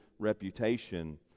reputation